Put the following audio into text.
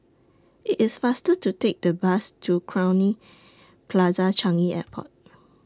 IT IS faster to Take The Bus to Crowne Plaza Changi Airport